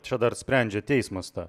čia dar sprendžia teismas tą